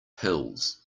pills